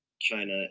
china